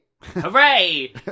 Hooray